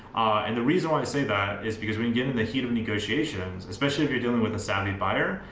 and the reason why i say that is because when you get in the heat of negotiations, especially if you're dealing with a savvy buyer,